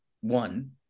one